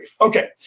Okay